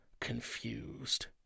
confused